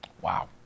Wow